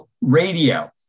radio